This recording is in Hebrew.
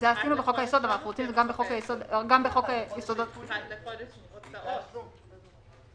החידוד הוא במה?